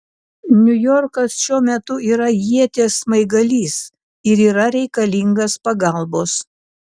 niujorkas šiuo metu yra ieties smaigalys ir yra reikalingas pagalbos